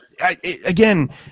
again